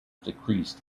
decreased